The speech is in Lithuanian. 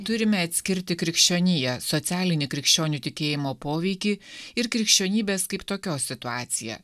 turime atskirti krikščioniją socialinį krikščionių tikėjimo poveikį ir krikščionybės kaip tokios situaciją